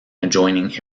adjoining